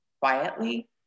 quietly